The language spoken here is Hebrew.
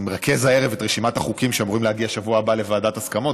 אני מרכז הערב את רשימת החוקים שאמורים להגיע לוועדת הסכמות,